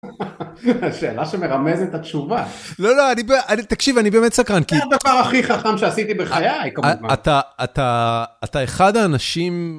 שאלה שמרמזת את התשובה. לא, לא, תקשיב, אני באמת סקרן. זה הדבר הכי חכם שעשיתי בחיי, כמובן. אתה, אתה, אתה אחד האנשים...